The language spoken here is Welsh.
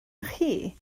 chi